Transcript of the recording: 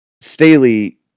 Staley